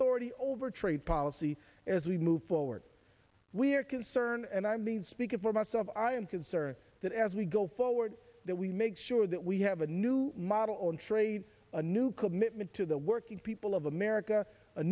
authority over trade policy as we move forward we are concerned and i mean speaking for myself i am concerned that as we go forward that we make sure that we have a new model on trade a new commitment to the working people of america a